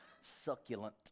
succulent